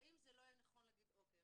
האם זה לא יהיה נכון להגיד אוקיי,